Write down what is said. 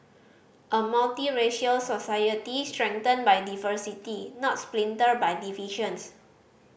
a multiracial society strengthened by diversity not splintered by divisions